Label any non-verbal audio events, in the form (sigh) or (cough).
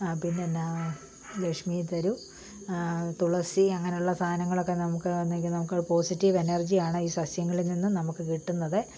പിന്നെയെന്താ ലക്ഷ്മിത്തരൂ തുളസി അങ്ങനെയുള്ള സാധനങ്ങളൊക്കെ നമുക്ക് (unintelligible) നമുക്ക് പോസിറ്റീവ് എനർജിയാണ് ഈ സസ്യങ്ങളിൽ നിന്നും നമുക്ക് കിട്ടുന്നത്